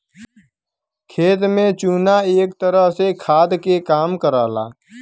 खेत में चुना एक तरह से खाद के काम करला